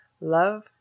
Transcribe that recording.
Love